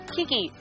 Kiki